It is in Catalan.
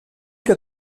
que